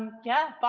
yeah,